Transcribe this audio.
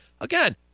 Again